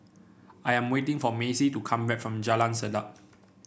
I am waiting for Macey to come back from Jalan Sedap